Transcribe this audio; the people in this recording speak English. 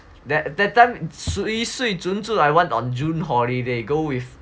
that that time sui sui zhun zhun I want on june holiday go with